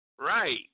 right